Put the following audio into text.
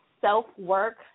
self-work